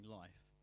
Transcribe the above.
life